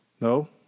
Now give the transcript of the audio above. No